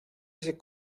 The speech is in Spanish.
ese